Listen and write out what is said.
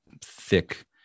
thick